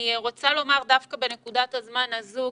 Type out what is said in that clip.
אני רוצה לומר בנקודת הזמן הזו,